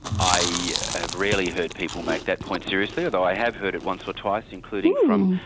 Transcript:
i have rarely heard people make that point seriously. although i have heard it once or twice including from,